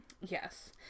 Yes